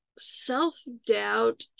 self-doubt